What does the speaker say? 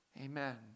Amen